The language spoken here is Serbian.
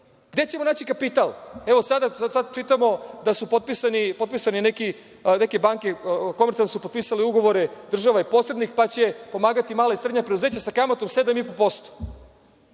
Gde ćemo naći kapital? Evo, sada čitamo da su neke banke komercijalne potpisale ugovore, država je posrednik, pa će pomagati mala i srednja preduzeća sa kamatom 7,5%.